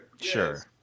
Sure